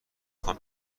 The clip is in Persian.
خواهم